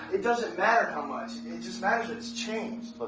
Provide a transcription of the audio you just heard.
it doesn't matter how much. it just matters that it's changed.